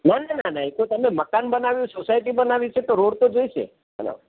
ના ના ના ના એ તો તમે મકાન બનાવ્યું સોસાયટી બનાવી છે તો રોડ તો જોઈશે બરાબર